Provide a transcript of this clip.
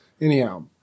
Anyhow